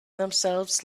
themselves